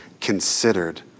considered